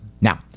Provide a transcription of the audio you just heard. now